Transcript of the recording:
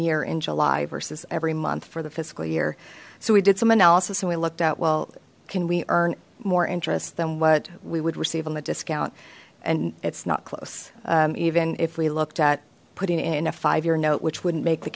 year in july versus every month for the fiscal year so we did some analysis and we looked at well can we earn more interest than what we would receive on the discount and it's not close even if we looked at putting in a five year note which wouldn't make the